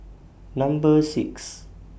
Number six